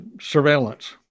surveillance